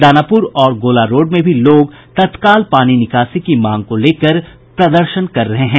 दानापूर और गोला रोड में भी लोग तत्काल पानी निकासी की मांग को लेकर प्रदर्शन कर रहे हैं